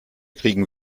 kriegen